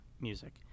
music